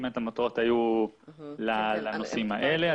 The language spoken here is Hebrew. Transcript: והמטרות היו לנושאים האלה.